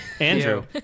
Andrew